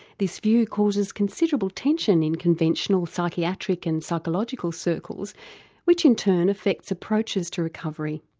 this view causes considerable tension in conventional psychiatric and psychological circles which in turn affects approaches to recovery.